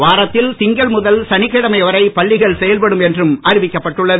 வாரத்தில் திங்கள் முதல் சனிக்கிழமை வரை பள்ளிகள் செயல்படும் என்றும் அறிவிக்கப்பட்டுள்ளது